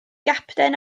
gapten